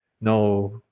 no